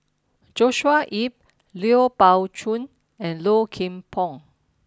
Joshua Ip Lui Pao Chuen and Low Kim Pong